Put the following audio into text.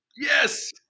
Yes